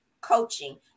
coaching